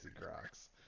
Crocs